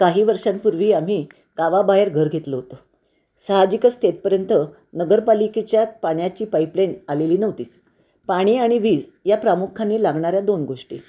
काही वर्षांपूर्वी आम्ही गावाबाहेर घर घेतलं होतं साहजिकच तेथपर्यंत नगरपालिकेच्याच पाण्याची पाईपलाईन आलेली नव्हतीच पाणी आणि वीज या प्रामुख्याने लागणाऱ्या दोन गोष्टी